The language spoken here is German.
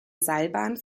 seilbahn